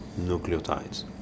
nucleotides